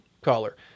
Caller